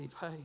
hey